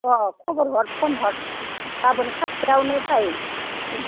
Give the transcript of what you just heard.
अह खबर हर फन हर गाबोन हाथथायावनो फै